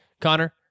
Connor